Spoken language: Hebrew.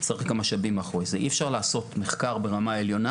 והמתחים לכאורה שצריכים להיות גם הם חלק מתוך שילובים.